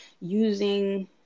using